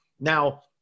Now